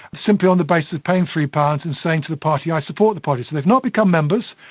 simply on the basis of paying three pounds and saying to the party i support the party. so they have not become members,